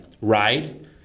ride